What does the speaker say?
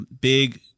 big